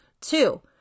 Two